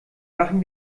machen